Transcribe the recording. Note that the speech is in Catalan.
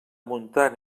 muntar